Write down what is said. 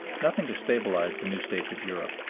nothing to stabilize the new states of europe,